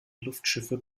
luftschiffe